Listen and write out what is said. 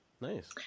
Nice